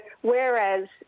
whereas